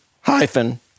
hyphen